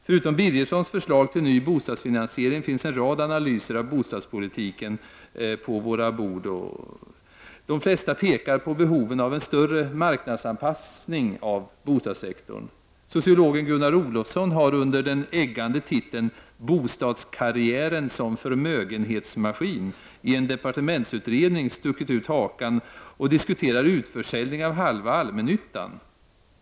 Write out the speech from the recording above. Förutom Birgerssons förslag till ny bostadsfinansiering finns en rad analyser av bostadspolitiken. De flesta pekar på behoven av en större marknadsanpassning av bostadssektorn. Sociologen Gunnar Olofsson har under den eggande titeln ”Bostadskarriären som förmögenhetsmaskin” i en departementsutredning stuckit ut hakan och diskuterar utförsäljning av halva allmännyttan.